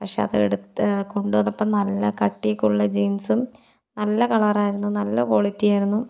പക്ഷെ അത് എടുത്ത് കൊണ്ട് വന്നപ്പോൾ നല്ല കട്ടിയൊക്കെ ഉള്ള ജീൻസും നല്ല കളറായിരുന്നു നല്ല ക്വാളിറ്റിയായിരുന്നു